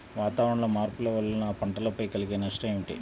వాతావరణంలో మార్పుల వలన పంటలపై కలిగే నష్టం ఏమిటీ?